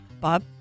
Bob